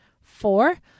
Four